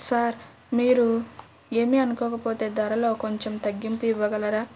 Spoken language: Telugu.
సార్ మీరు ఏమి అనుకోకపోతే ధరలో కొంచెం తగ్గింపు ఇవ్వగలరా